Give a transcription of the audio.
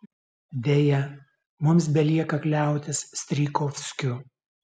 deja mums belieka kliautis strijkovskiu